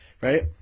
Right